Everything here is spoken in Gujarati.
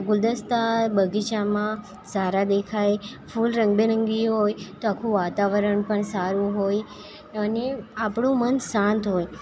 ગુલદસ્તા બગીચામાં સારા દેખાય ફૂલ રંગબેરંગી હોય તો આખું વાતાવરણ પણ સારું હોય અને આપણું મન શાંત હોય